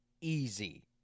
easy